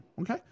okay